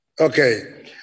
Okay